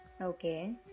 Okay